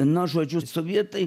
na žodžiu sovietai